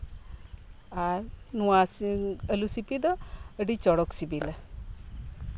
ᱟᱨ ᱱᱚᱣᱟ ᱟᱞᱩ ᱥᱤᱯᱤ ᱫᱚ ᱟᱹᱰᱤ ᱪᱚᱨᱚᱠ ᱥᱤᱵᱤᱞᱟ